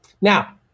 Now